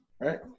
right